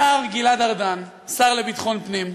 השר גלעד ארדן, השר לביטחון פנים,